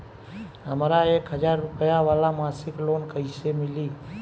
हमरा एक हज़ार रुपया वाला मासिक लोन कईसे मिली?